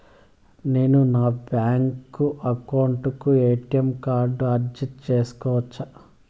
నేను నా bank account కు ఎ.టి.ఎం కార్డు అర్జీ సేసుకోవచ్చా?